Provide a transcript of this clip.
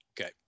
Okay